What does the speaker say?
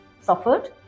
suffered